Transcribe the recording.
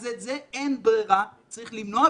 אז את זה, אין ברירה, צריך למנוע.